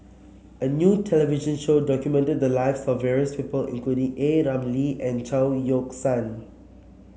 a new television show documented the lives of various people including A Ramli and Chao Yoke San